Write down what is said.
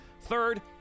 Third